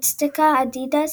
אצטקה אדידס,